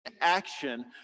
action